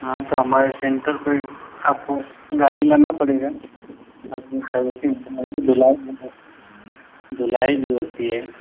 हाँ तो हमारे सेंटर पर आपको गाड़ी लाना पड़ेगा आपकी सर्विसिंग धुलाई भी होगी धुलाई भी होती है